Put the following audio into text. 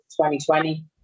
2020